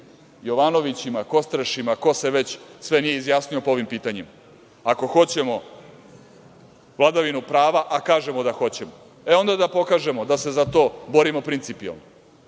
Jovanovićima, Kostrešima, ko se već nije sve izjasnio po ovim pitanjima. Ako hoćemo vladavinu prava, a kažemo da hoćemo, onda da pokažemo da se za to borimo principijelno,